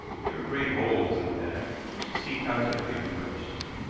they were great holes, in fact, which the sea constantly replenished.